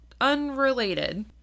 unrelated